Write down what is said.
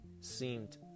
seemed